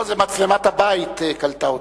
לא, מצלמת הבית קלטה אותך.